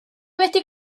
wedi